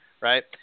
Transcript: right